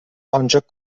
ancak